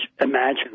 imagine